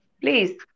please